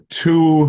two